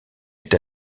est